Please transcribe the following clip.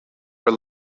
were